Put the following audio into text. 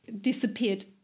disappeared